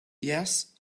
yes